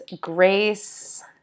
Grace